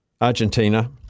Argentina